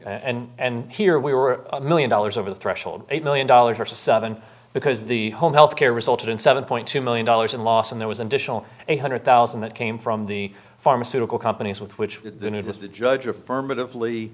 threshold and here we were a million dollars over the threshold eight million dollars or seven because the home health care resulted in seven point two million dollars in loss and there was an additional eight hundred thousand that came from the pharmaceutical companies with which the new to the judge affirmative